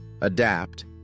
adapt